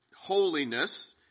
holiness